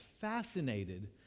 fascinated